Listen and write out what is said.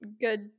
Good